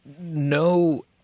no